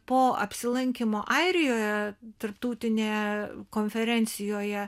po apsilankymo airijoje tarptautinėje konferencijoje